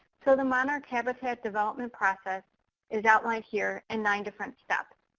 so the monarch habitat development process is outlined here in nine different steps.